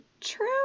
true